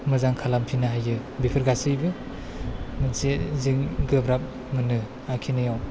मोजां खालामफिननो हायो बेफोर गासैबो मोनसे जों गोब्राब मोनो आखिनायाव